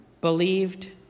believed